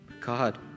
God